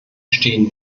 stehen